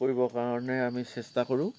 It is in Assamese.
কৰিব কাৰণে আমি চেষ্টা কৰোঁ